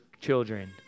children